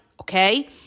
okay